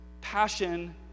passion